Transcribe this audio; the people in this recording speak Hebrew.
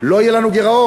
לא יהיה לנו גירעון,